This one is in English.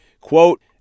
Quote